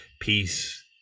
peace